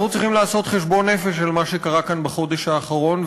אנחנו צריכים לעשות חשבון נפש על מה שקרה כאן בחודש האחרון,